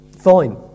fine